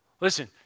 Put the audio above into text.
Listen